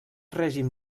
règim